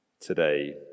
today